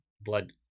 blood